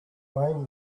weighing